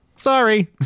sorry